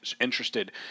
interested